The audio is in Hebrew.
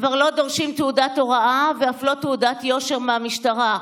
כבר לא דורשים תעודת הוראה ואף לא תעודת יושר מהמשטרה.